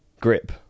grip